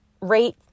rate